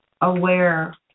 aware